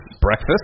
Breakfast